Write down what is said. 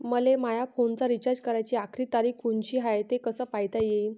मले माया फोनचा रिचार्ज कराची आखरी तारीख कोनची हाय, हे कस पायता येईन?